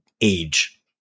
age